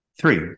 Three